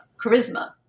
charisma